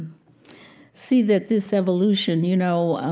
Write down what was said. see that this evolution you know,